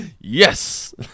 Yes